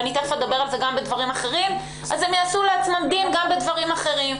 הם יעשו דין לעצמם גם בדברים אחרים.